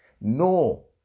No